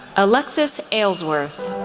alexis aylesworth,